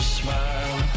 smile